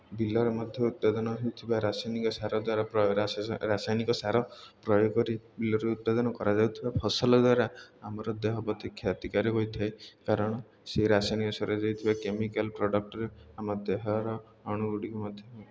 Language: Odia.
ବିଲରେ ମଧ୍ୟ ଉତ୍ପାଦନ ହେଉଥିବା ରାସାୟନିକ ସାର ଦ୍ୱାରା ରାସାୟନିକ ସାର ପ୍ରୟୋଗ କରି ବିଲରେ ଉତ୍ପାଦନ କରାଯାଉଥିବା ଫସଲ ଦ୍ୱାରା ଆମର ଦେହ ପ୍ରତି କ୍ଷତିକାରକ ହୋଇଥାଏ କାରଣ ସେହି ରାସାୟନିକ ସାରରେ ଦିଆଯାଇଥିବା କେମିକାଲ୍ ପ୍ରଡ଼କ୍ଟରେ ଆମ ଦେହର ଅଣୁଗୁଡ଼ିିକ ମଧ୍ୟ